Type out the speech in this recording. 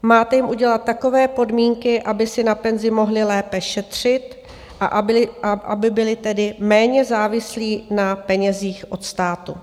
Máte jim udělat takové podmínky, aby si na penzi mohli lépe šetřit, a aby byli tedy méně závislí na penězích od státu.